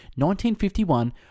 1951